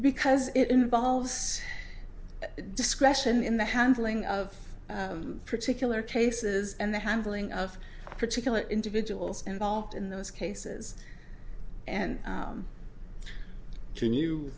because it involves discretion in the handling of particular cases and the handling of particular individuals involved in those cases and